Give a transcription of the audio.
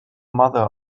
mother